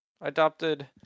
Adopted